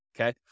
okay